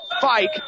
Fike